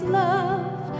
love